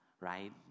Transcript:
right